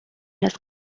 los